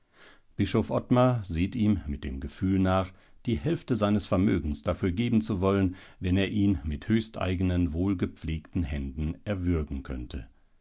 bischof ottmar sieht ihm mit dem gefühl nach die hälfte seines vermögens dafür geben zu wollen wenn er ihn mit höchsteigenen wohlgepflegten händen erwürgen könnte